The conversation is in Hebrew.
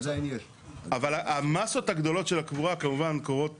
אבל המסות הגדולות של הקבורה כמובן קורות